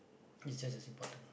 it's just as important